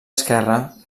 esquerre